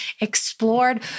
explored